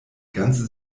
ganze